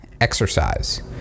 exercise